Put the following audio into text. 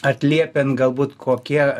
atliepiant galbūt kokie